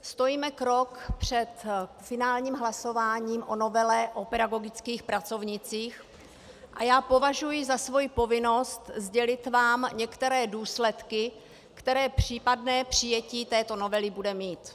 Stojíme krok před finálním hlasováním o novele o pedagogických pracovnících a já považuji za svoji povinnost sdělit vám některé důsledky, které případné přijetí této novely bude mít.